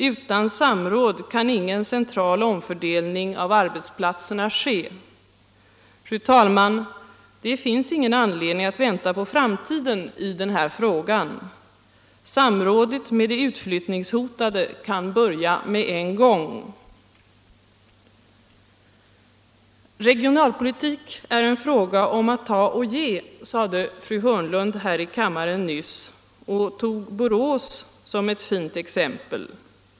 Utan samråd kan ingen central omfördelning av arbetsplatserna ske. Fru talman! Det finns ingen anledning att vänta på framtiden i den här frågan. Samrådet med de utflyttningshotade kan börja med en gång. Regionalpolitik är en fråga om att ta och ge, sade fru Hörnlund här i kammaren nyss och tog Borås som ett fint exempel.